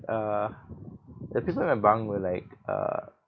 uh the people in my bunk were like uh